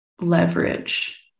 leverage